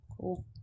Cool